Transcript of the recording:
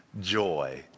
joy